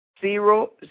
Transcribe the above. zero